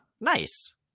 Nice